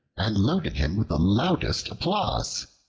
and loaded him with the loudest applause.